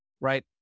right